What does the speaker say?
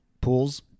Pools